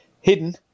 hidden